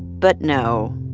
but no.